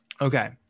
Okay